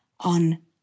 On